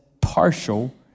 partial